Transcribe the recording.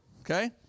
okay